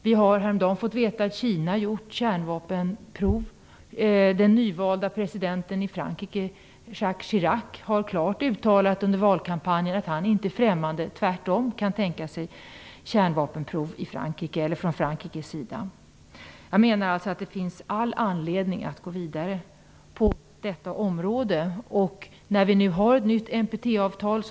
Vi har häromdagen fått veta att Frankrike, Jaques Chirac, har under valkampanjen klart uttalat att han inte är främmande för utan tvärtom kan tänka sig kärnvapenprov från Frankrikes sida. Det finns all anledning att gå vidare på detta område. Vi har nu ett nytt NPT-avtal.